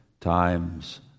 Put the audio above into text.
times